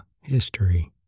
History